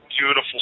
beautiful